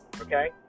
okay